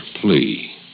plea